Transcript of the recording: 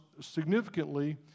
significantly